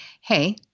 Hey